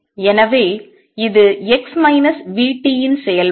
எனவே இது x v t இன் செயல்பாடு